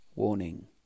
Warning